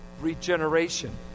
regeneration